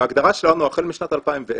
ההגדרה שלנו, החל משנת 2010,